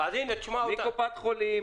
מקופת חולים,